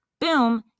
boom